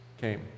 came